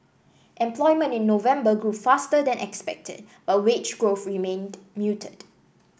employment in November grew faster than expected but wage growth remained muted